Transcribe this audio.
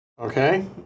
Okay